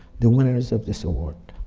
the winners of this award.